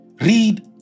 Read